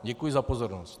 Děkuji za pozornost.